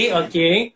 okay